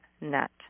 net